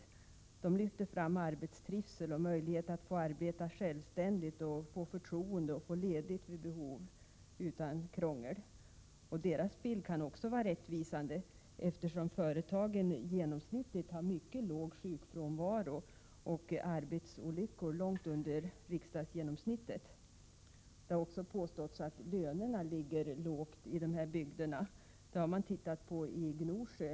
Dessa människor lyfter fram trivsel med arbetet, möjlighet att få arbeta självständigt, att få förtroende och att utan krångel kunna få ledigt vid behov. Den här bilden kan också vara rättvisande, eftersom sjukfrånvaron i företagen genomsnittligt är mycket låg och antalet arbetsolyckor ligger långt under riksgenomsnittet. Det har även påståtts att lönerna är låga i dessa bygder.